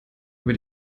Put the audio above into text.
über